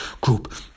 group